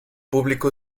público